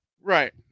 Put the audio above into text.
Right